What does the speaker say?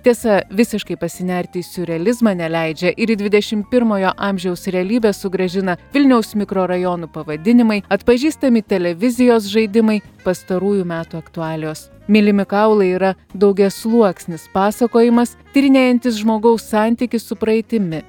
tiesa visiškai pasinerti į siurrealizmą neleidžia ir į dvidešimt pirmojo amžiaus realybę sugrąžina vilniaus mikrorajonų pavadinimai atpažįstami televizijos žaidimai pastarųjų metų aktualijos mylimi kaulai yra daugiasluoksnis pasakojimas tyrinėjantis žmogaus santykį su praeitimi